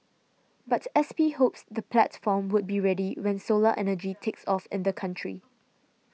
but S P hopes the platform would be ready when solar energy takes off in the country